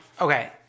Okay